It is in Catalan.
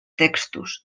textos